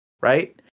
right